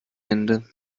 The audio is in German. ende